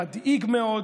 מדאיג מאוד,